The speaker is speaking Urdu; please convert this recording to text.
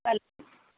ہلو